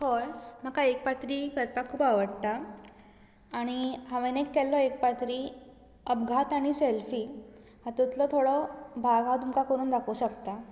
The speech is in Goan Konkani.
हय म्हाका एक पात्री करपाक खूब आवडटा आनी हांवें एक केल्लो एक पात्री अपघात आनी सॅल्फी हातुंतलो थोडो भाग हांव तुमकां करून दाखोवंक शकता